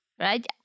Right